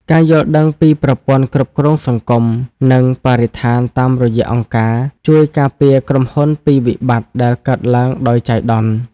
ការយល់ដឹងពីប្រព័ន្ធគ្រប់គ្រងសង្គម និងបរិស្ថានតាមរយៈអង្គការ ជួយការពារក្រុមហ៊ុនពីវិបត្តិដែលកើតឡើងដោយចៃដន្យ។